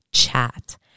Chat